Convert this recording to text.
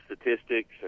statistics